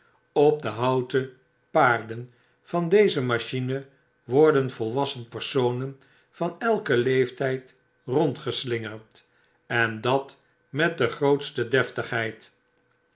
op de houten paarden van deze machine worden volwassen personen van elken leeftyd rondgeslingerd en dat met de grootste deftigheid